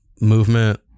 movement